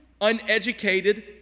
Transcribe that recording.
uneducated